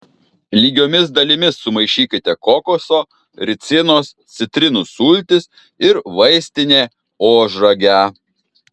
lygiomis dalimis sumaišykite kokoso ricinos citrinų sultis ir vaistinė ožragę